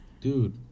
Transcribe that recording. Dude